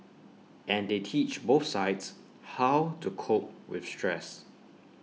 and they teach both sides how to cope with stress